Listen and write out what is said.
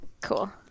Cool